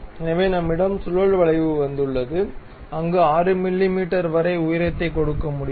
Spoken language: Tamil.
எனவே நம்மிடம் சுழல் வளைவு உள்ளது அங்கு 6 மிமீ வரை உயரத்தை கொடுக்க முடியும்